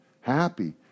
happy